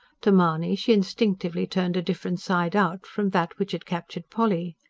to mahony she instinctively turned a different side out, from that which had captured polly.